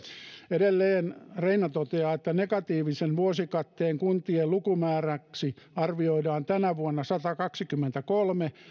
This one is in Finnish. edelleen reina toteaa negatiivisen vuosikatteen kuntien lukumääräksi arvioidaan tänä vuonna satakaksikymmentäkolme